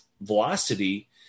velocity